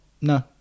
no